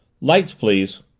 lights, please.